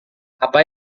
apa